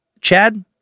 Chad